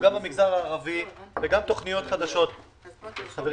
במגזר הערבי וגם על תכניות חדשות שיצאו.